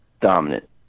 dominant